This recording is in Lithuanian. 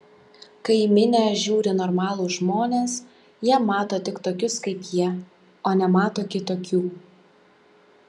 kai į minią žiūri normalūs žmonės jie mato tik tokius kaip jie o nemato kitokių